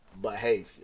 behavior